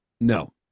No